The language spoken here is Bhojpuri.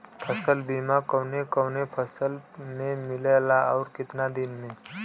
फ़सल बीमा कवने कवने फसल में मिलेला अउर कितना दिन में?